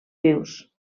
vius